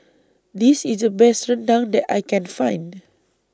This IS The Best Rendang that I Can Find